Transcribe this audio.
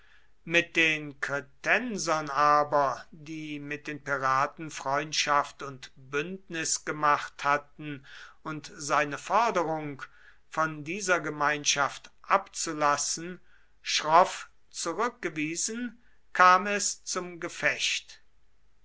mit den kretensern aber die mit den piraten freundschaft und bündnis gemacht hatten und seine forderung von dieser gemeinschaft abzulassen schroff zurückwiesen kam es zum gefecht